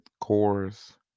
Chorus